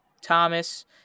Thomas